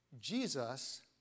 Jesus